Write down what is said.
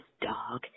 dog